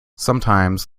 sometimes